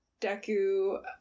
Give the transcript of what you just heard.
Deku